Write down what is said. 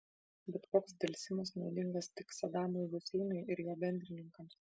bet koks delsimas naudingas tik sadamui huseinui ir jo bendrininkams